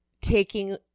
taking